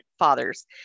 Fathers